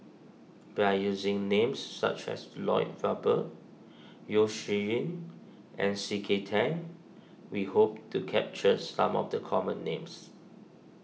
by using names such as Lloyd Valberg Yeo Shih Yun and C K Tang we hope to capture some of the common names